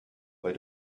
why